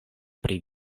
pri